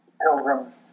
pilgrim